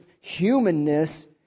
humanness